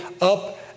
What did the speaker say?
up